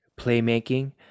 playmaking